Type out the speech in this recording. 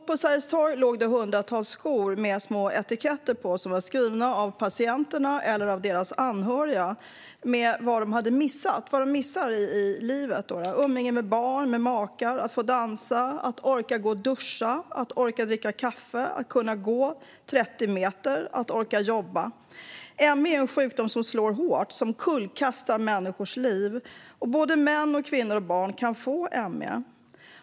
På Sergels torg låg hundratals skor med små etiketter på, som var skrivna av patienterna eller deras anhöriga, där det stod vad de missar i livet: umgänge med barn, med makar, att få dansa, att orka duscha, att orka dricka kaffe, att kunna gå 30 meter, att orka jobba. ME är en sjukdom som slår hårt, som kullkastar människors liv. Såväl män som kvinnor och barn kan få ME.